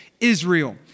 Israel